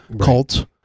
cult